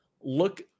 look